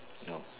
no